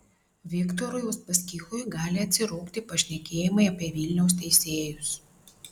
viktorui uspaskichui gali atsirūgti pašnekėjimai apie vilniaus teisėjus